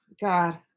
god